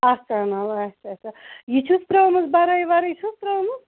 اَچھا انو اَچھا اَچھا یہِ چھُس ترٛٲومٕژ بَرٲے وَرٲے چھَس ترٛٲومٕژ